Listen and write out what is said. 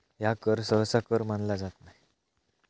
ह्या कर सहसा कर मानला जात नाय